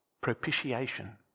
Propitiation